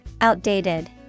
Outdated